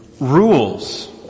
rules